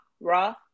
raw